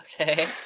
Okay